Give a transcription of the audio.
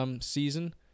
season